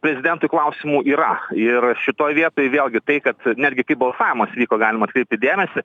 prezidentui klausimų yra ir šitoj vietoj vėlgi tai kad netgi kai balsavimas vyko galima atkreipti dėmesį